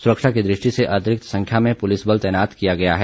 सुरक्षा की दृष्टि से अतिरिक्त संख्या में पुलिसबल तैनात किया गया है